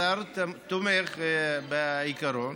השר תומך בעיקרון,